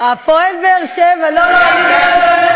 קריית-גת ירדה, "הפועל באר-שבע" לא, לא,